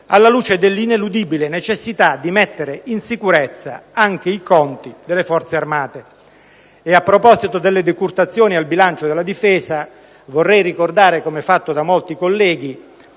alla luce dell'ineludibile necessità di mettere in sicurezza anche i conti delle Forze armate. A proposito delle decurtazioni al bilancio della Difesa, vorrei ricordare, come fatto da molti colleghi,